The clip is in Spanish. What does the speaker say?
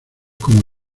como